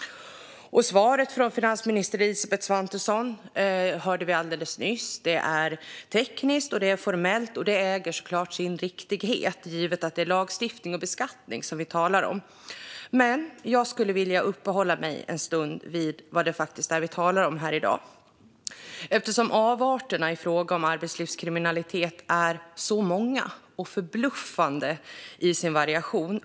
Svaret från finansminister Elisabeth Svantesson hörde vi nu. Det är tekniskt och formellt, och det äger självklart sin riktighet givet att vi talar om lagstiftning och beskattning. Jag vill dock uppehålla mig en stund vid vad vi faktiskt talar om i dag eftersom avarterna i fråga om arbetslivskriminalitet är så många och förbluffande i sin variation.